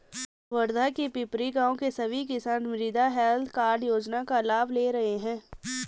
वर्धा के पिपरी गाँव के सभी किसान मृदा हैल्थ कार्ड योजना का लाभ ले रहे हैं